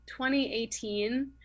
2018